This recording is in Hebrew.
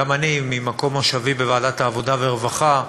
גם אני, ממקום מושבי בוועדת העבודה והרווחה,